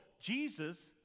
Jesus